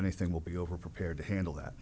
anything will be over prepared to handle that